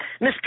Mr